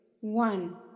one